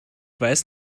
weiß